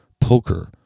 poker